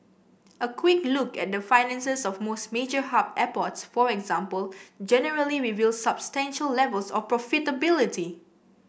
a quick look at the finances of most major hub airports for example generally reveals substantial levels of profitability